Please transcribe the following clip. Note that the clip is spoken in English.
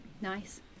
Nice